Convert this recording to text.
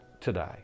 today